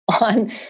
on